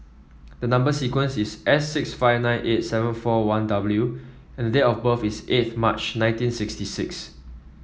the number sequence is S six five nine eight seven four one W and date of birth is eighth March nineteen sixty six